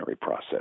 process